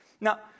Now